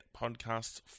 podcasts